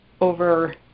over